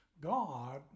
God